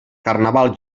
carnaval